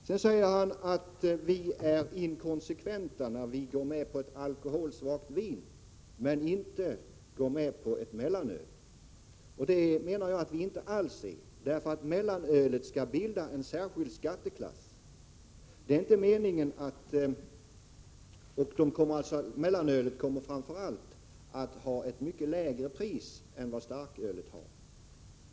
Sedan säger Bo Lundgren att vi är inkonsekventa när vi går med på ett alkoholsvagt vin men inte går med på ett mellanöl. Det menar jag att vi inte alls är. Mellanölet skulle ju bilda en särskild skatteklass och därmed ha ett mycket lägre pris än starkölet.